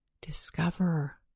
discover